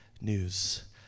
news